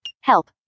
Help